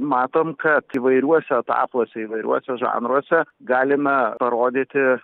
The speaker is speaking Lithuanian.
matom kad įvairiuose etapuose įvairiuose žanruose galime parodyti